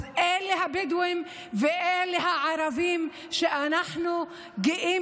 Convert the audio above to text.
אז אלה הבדואים ואלה הערבים שאנחנו גאים